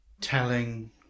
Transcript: telling